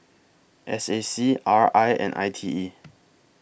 S A C R I and I T E